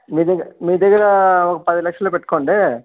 మీదగ్గ మీదగ్గర ఒక పదిలక్షలు పెట్టుకోండి